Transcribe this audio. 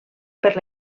per